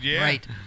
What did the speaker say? right